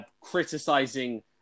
criticizing